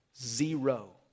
Zero